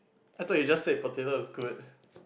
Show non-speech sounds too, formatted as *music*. I thought you just said potato is good *breath*